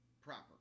proper